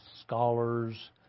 scholars